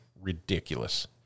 ridiculous